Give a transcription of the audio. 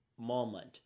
moment